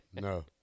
No